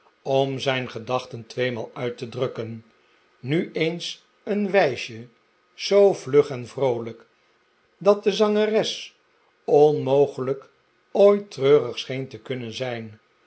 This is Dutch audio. om zijn gedachten tweemaal uit te drukken nu eens een wijsje zoo vlug en vroolijk dat de zangeres onmogelijk ooit treurig scheen te kunnen zijn